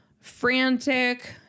frantic